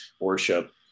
worship